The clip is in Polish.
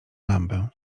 lampę